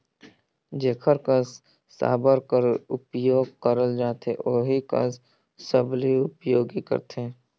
जेकर कस साबर कर उपियोग करल जाथे ओही कस सबली उपियोग करथे